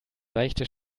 seichte